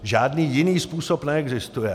Žádný jiný způsob neexistuje.